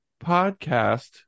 podcast